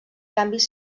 canvis